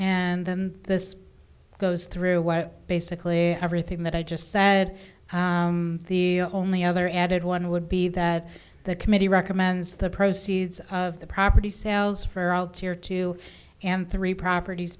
then this goes through what basically everything that i just said the only other added one would be that the committee recommends the proceeds of the property sells for all to hear two and three properties